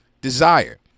desire